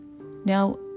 Now